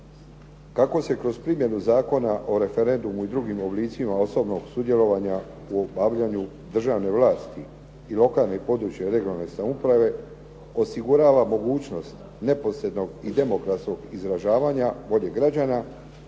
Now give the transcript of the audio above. Kako se kroz primjenu Zakona o referendumu i drugim oblicima osobnog sudjelovanja u obavljanju državne vlasti i lokalne i područne regionalne samouprave osigurava mogućnost neposrednog i demokratskog izražavanja volje građana